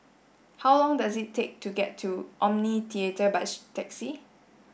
how long does it take to get to Omni Theatre by taxi